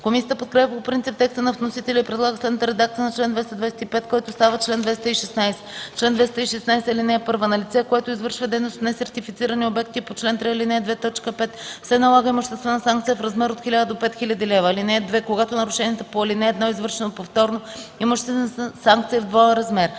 Комисията подкрепя по принцип текста на вносителя и предлага следната редакция на чл. 225, който става чл. 216: „Чл. 216. (1) На лице, което извършва дейност в несертифицирани обекти по чл. 3, ал. 2, т. 5, се налага имуществена санкция в размер от 1000 до 5000 лв. (2) Когато нарушението по ал. 1 е извършено повторно, имуществената санкция е в двоен размер.”